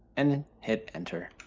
and hit enter.